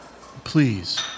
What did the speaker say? Please